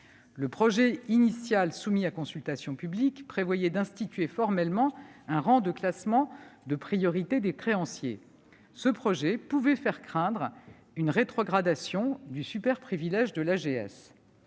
Le projet initial soumis à consultation publique prévoyait d'instituer formellement un rang de classement de priorité des créanciers, faisant redouter une rétrogradation du superprivilège de l'AGS.